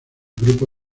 grupo